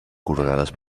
coronades